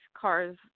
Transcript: cars